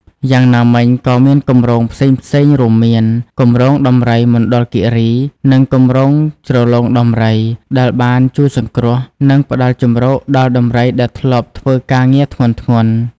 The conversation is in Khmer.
យ៉ាងណាមិញក៏មានគម្រោងផ្សេងៗរួមមាន គម្រោងដំរីមណ្ឌលគិរី និង គម្រោងជ្រលងដំរី ដែលបានជួយសង្គ្រោះ និងផ្តល់ជម្រកដល់ដំរីដែលធ្លាប់ធ្វើការងារធ្ងន់ៗ។